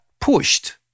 pushed